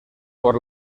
por